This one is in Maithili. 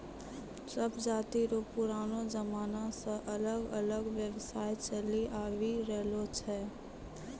सब जाति रो पुरानो जमाना से अलग अलग व्यवसाय चलि आवि रहलो छै